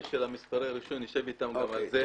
של מספרי הרישוי - נשב אתם גם על זה.